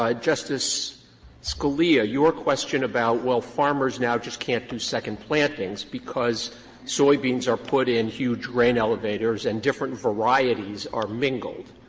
ah justice scalia, your question about well, farmers now just can't do second plantings because soybeans are put in huge grain elevators and different varieties are mingled,